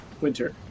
Winter